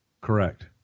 Correct